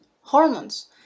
hormones